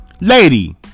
Lady